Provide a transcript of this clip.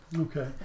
Okay